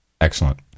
Excellent